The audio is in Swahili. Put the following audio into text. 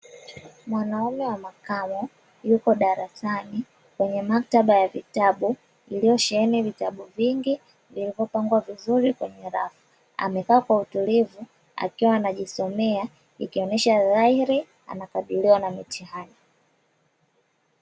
Mwanaume wa makamo yuko darasani kwenye maktaba ya vitabu iliyosheheni vitabu vingi vilivyopangwa vizuri kwenye rafu amekaa kwa utulivu akiwa anajisomea ikionyesha dhairi anakabiliwa na mitihani.